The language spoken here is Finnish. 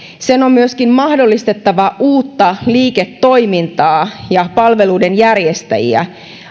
sen on myöskin mahdollistettava uutta liiketoimintaa ja palveluiden järjestäjiä